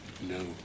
No